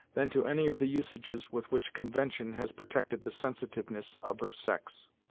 than to any of the usages with which convention has protected the sensitiveness of her sex.